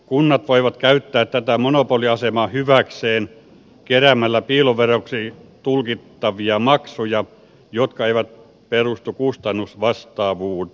kunnat voivat käyttää tätä monopoliasemaa hyväkseen keräämällä piiloveroiksi tulkittavia maksuja jotka eivät perustu kustannusvastaavuuteen